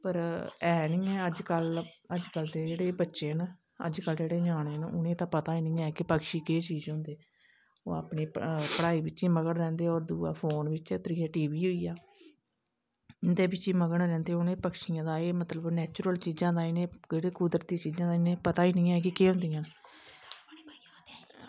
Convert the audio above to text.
पर है नी अज्ज कल अज्ज कल दे जेह्ड़े बच्चे न अज्ज कल ते जेह्ड़े ञ्यानें न उनेंगी ते पता नी ऐ पक्षी केह् होंदे ओह् अपनी पढ़ाई बिच्च गै मगन रैंह्दे और पोन बिच्च टी बी होइया इंदे बिच्च इंदै बिच्च मगन रैंह्दे पक्षियें दा एह् मतलव कि नैचुरल चीज़ां कुदरती चीज़ें दा इ'नेंगी पता गा नी ऐ कि केह् होंदियां